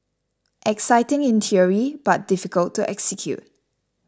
exciting in theory but difficult to execute